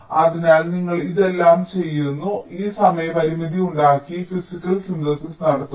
അതിനാൽ നിങ്ങൾ ഇതെല്ലാം ചെയ്യുന്നു അതിനാൽ ഈ സമയ പരിമിതി ഉണ്ടാക്കി ഫിസിക്കൽ സിന്തസിസ് നടത്തുന്നു